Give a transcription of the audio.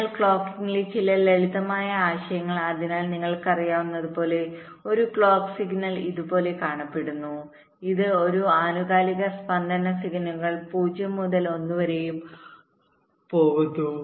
അതിനാൽ ക്ലോക്കിംഗിലെ ചില ലളിതമായ ആശയങ്ങൾ അതിനാൽ നിങ്ങൾക്കറിയാവുന്നതുപോലെ ഒരു ക്ലോക്ക് സിഗ്നൽ ഇതുപോലെ കാണപ്പെടുന്നു ഇത് ഒരു ആനുകാലിക സ്പന്ദന സിഗ്നലുകൾ 0 മുതൽ 1 വരെയും 1 വരെയും പോകുന്നു